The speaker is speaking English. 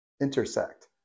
intersect